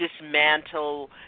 Dismantle